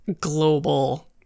global